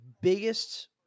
biggest